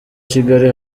kigali